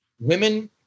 women-